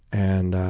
and